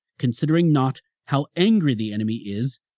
considering not how angry the enemy is,